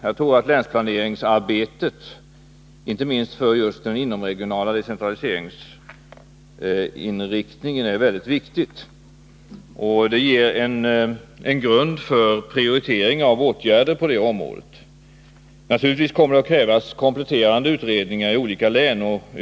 Jag tror att länsplaneringsarbetet, just för den inomregionala decentraliseringsinriktningen, är väldigt viktigt. Det ger en grund för prioritering av åtgärder på det området. Naturligtvis kommer det att krävas kompletterande utredningar i olika län.